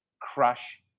Crush